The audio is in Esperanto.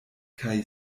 kaj